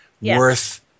worth